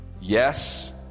Yes